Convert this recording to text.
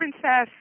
princess